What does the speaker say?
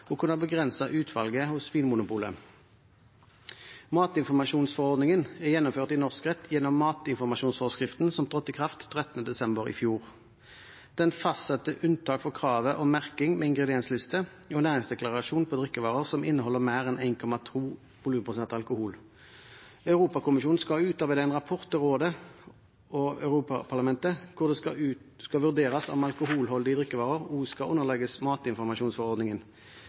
norsk rett gjennom matinformasjonsforskriften, som trådte i kraft 13. desember i fjor. Den fastsetter unntak for kravet om merking med ingrediensliste og næringsdeklarasjon på drikkevarer som inneholder mer enn 1,2 volumprosent alkohol. Europakommisjonen skal utarbeide en rapport til rådet og Europaparlamentet hvor det skal vurderes om alkoholholdige drikkevarer også skal underlegges matinformasjonsforordningen.